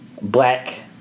black